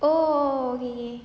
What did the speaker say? oh okay okay